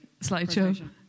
Slideshow